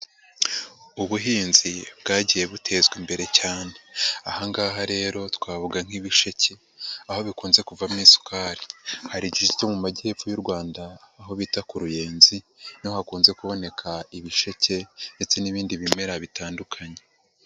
Ubuhinzi bwagiye butezwa imbere cyane aha ngaha rero twavuga nk'ibisheke aho bikunze kuvamo isukari, hari igice cyo mu Majyepfo y'u Rwanda aho bita ku Ruyenzi niho hakunze kuboneka ibisheke ndetse n'ibindi bimera bitandukanye.